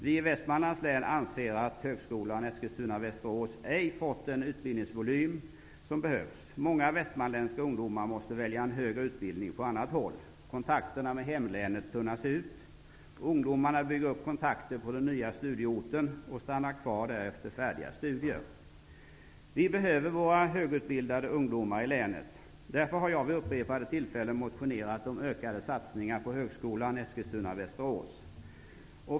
Vi i Västmanlands län anser att högskolan Eskilstuna Västerås.